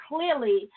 clearly